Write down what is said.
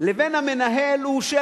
ובין המנהל הוא של